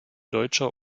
deutscher